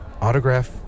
autograph